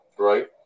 Right